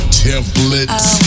templates